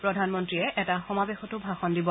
প্ৰধানমন্ত্ৰীয়ে এটা সমাৱেশতো ভাষণ দিব